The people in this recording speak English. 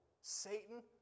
Satan